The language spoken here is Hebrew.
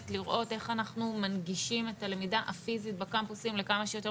לראות איך אנחנו מנגישים את הלמידה הפיזית בקמפוסים לכמה שיותר,